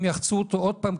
הם יחצו אותו עוד פעם,